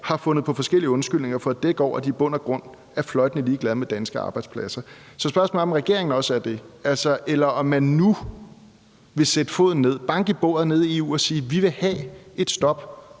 har fundet på forskellige undskyldninger for at dække over, at de i bund og grund er fløjtende ligeglade med danske arbejdspladser. Så spørgsmålet er, om regeringen også er det, eller om man nu vil sætte foden ned og banke i bordet nede i EU og sige: Vi vil have et stop